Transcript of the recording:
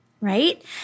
right